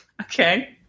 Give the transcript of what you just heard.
Okay